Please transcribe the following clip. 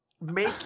make